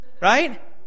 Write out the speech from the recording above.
right